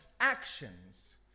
actions